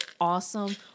awesome